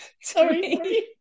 sorry